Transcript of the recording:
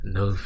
no